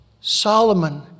Solomon